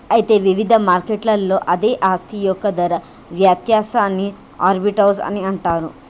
అయితే వివిధ మార్కెట్లలో అదే ఆస్తి యొక్క ధర వ్యత్యాసాన్ని ఆర్బిటౌజ్ అని అంటారు